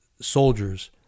soldiers